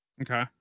okay